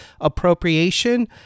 Appropriation